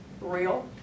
real